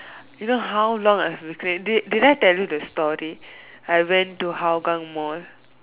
you know how long I have been craving did did I tell you the story I went to Hougang Mall